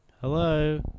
Hello